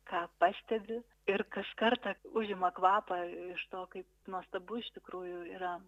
ką pastebi ir kas kartą užima kvapą iš to kaip nuostabu iš tikrųjų yra